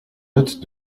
note